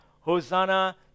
Hosanna